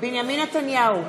בנימין נתניהו,